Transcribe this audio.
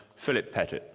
phillip petit.